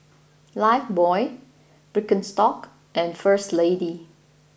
Lifebuoy Birkenstock and First Lady